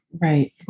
Right